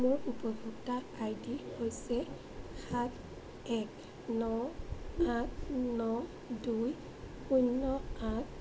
মোৰ উপভোক্তা I D হৈছে সাত এক ন আঠ ন দুই শূন্য আঠ